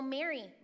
Mary